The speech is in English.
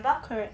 correct